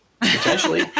Potentially